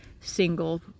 single